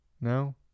No